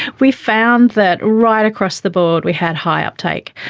we found that right across the board we had high uptake,